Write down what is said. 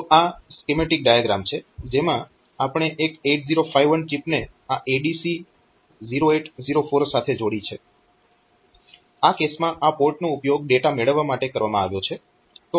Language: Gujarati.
તો આ એક સ્કીમેટીક ડાયાગ્રામ છે જેમાં આપણે એક 8051 ચિપને આ ADC 0804 સાથે જોડી છે આ કેસમાં આ પોર્ટ નો ઉપયોગ ડેટા મેળવવા માટે કરવામાં આવ્યો છે